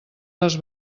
les